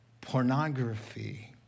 Pornography